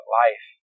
life